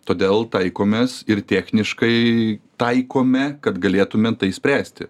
todėl taikomės ir techniškai taikome kad galėtumėm išspręsti